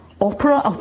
Opera